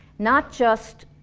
not just